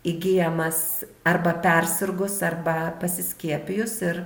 įgyjamas arba persirgus arba pasiskiepijus ir